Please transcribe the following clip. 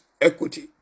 equity